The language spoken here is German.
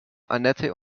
annette